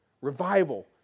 Revival